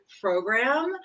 program